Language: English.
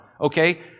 okay